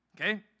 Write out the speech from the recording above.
Okay